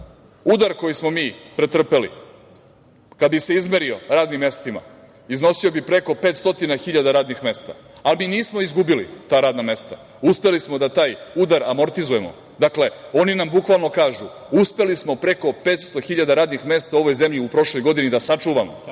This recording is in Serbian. udar koji smo mi pretrpeli kada bi se izmerio radnim mestima iznosio bi preko 500 hiljada radnih mesta, ali mi nismo izgubili ta radna mesta. Uspeli smo da taj udar amortizujemo. Dakle, oni nam bukvalno kažu uspeli smo preko 500 hiljada radnih mesta u ovoj zemlji u prošloj godini da sačuvamo